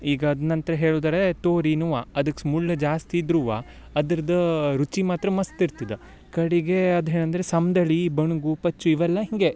ಈಗ ಅದ್ನಂತ್ರ ಹೇಳುದರೇ ತೋರಿ ನೂವ ಅದಕ್ಸ್ ಮುಳ್ಳು ಜಾಸ್ತಿ ಇದ್ರುವ ಅದ್ರದ್ದು ರುಚಿ ಮಾತ್ರ ಮಸ್ತು ಇರ್ತಿದೊ ಕಡಿಗೆ ಅದೇನಂದ್ರೆ ಸಮ್ದಳೀ ಬಣ್ಗು ಪಚ್ಚು ಇವೆಲ್ಲ ಹೀಗೆ